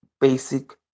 basic